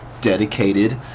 dedicated